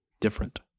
different